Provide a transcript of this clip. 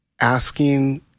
asking